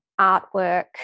artwork